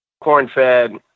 corn-fed